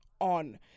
on